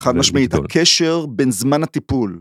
חד משמעית הקשר בין זמן הטיפול